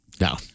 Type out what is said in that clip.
No